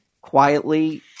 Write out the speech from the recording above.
quietly